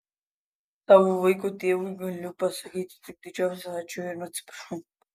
savo vaiko tėvui galiu pasakyti tik didžiausią ačiū ir atsiprašau